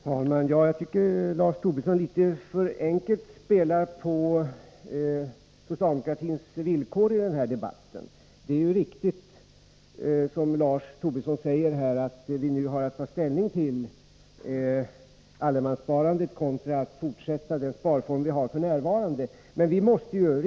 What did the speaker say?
Herr talman! Jag tycker att Lars Tobisson litet för enkelt spelar på socialdemokratins villkor i den här debatten. Det är riktigt, som Lars Tobisson säger, att vi nu har att ta ställning till allemanssparande kontra en fortsättning av den sparform som vi har f. n.